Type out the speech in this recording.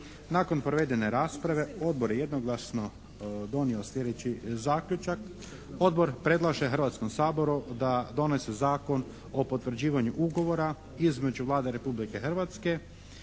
Nakon provedene rasprave odbor je jednoglasno donio sljedeći zaključak: Odbor predlaže Hrvatskom saboru da donese Zakon o potvrđivanju Ugovora između Vlade Republike Hrvatske